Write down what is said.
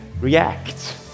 react